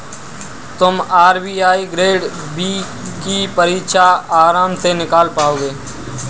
तुम RBI grade B की परीक्षा आराम से निकाल पाओगे